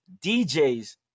DJs